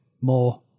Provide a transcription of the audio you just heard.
more